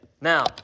Now